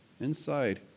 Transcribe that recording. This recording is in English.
inside